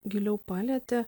giliau palietė